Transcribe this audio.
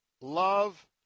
Love